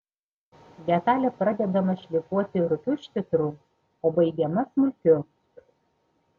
detalė pradedama šlifuoti rupiu švitru o baigiama smulkiu